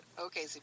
Okay